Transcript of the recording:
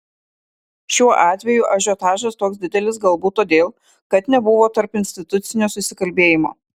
šiuo atveju ažiotažas toks didelis galbūt todėl kad nebuvo tarpinstitucinio susikalbėjimo